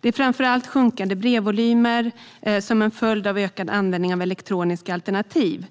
Det är framför allt sjunkande brevvolymer som en följd av ökad användning av elektroniska alternativ